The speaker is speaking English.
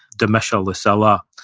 domitia lucilla.